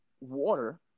Water